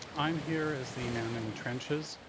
i'm here as the man in the trenches.